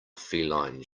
feline